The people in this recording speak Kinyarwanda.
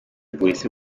polisi